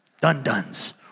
Dun-duns